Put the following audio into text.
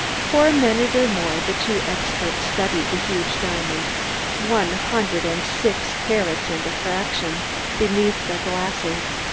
for a minute or more the two experts studied the huge diamond one hundred and six carats and a fraction beneath their glasses,